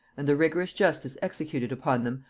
and the rigorous justice executed upon them,